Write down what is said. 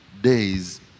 days